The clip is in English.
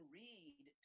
read